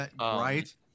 Right